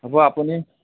হ'ব আপুনি